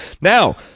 now